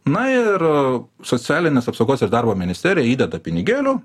na ir socialinės apsaugos ir darbo ministerija įdeda pinigėlių